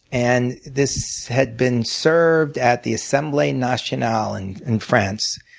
and this had been served at the assemblee nationale and in france.